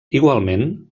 igualment